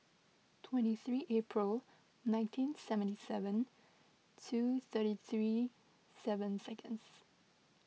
twenty three April nineteen seventy seven two thirty three seven seconds